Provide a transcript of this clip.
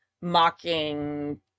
mocking